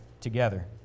together